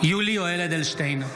(קורא בשמות חברי הכנסת) יולי יואל אדלשטיין,